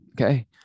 okay